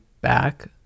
back